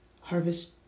harvest